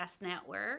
network